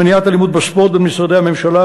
מניעת אלימות בספורט בין משרדי הממשלה,